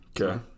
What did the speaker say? Okay